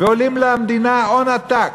ועולים למדינה הון עתק,